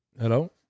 hello